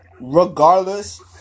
Regardless